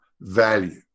value